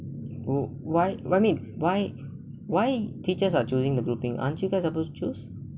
oh why why mean why why teachers are choosing the grouping aren't you guys supposed to choose